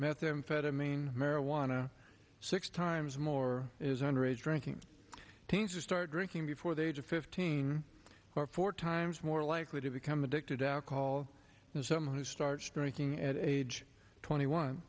methamphetamine marijuana six times more is under age drinking teens or start drinking before the age of fifteen or four times more likely to become addicted to alcohol as someone who starts drinking at age twenty one